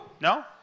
No